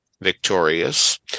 victorious